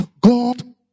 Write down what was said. god